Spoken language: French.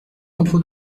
entre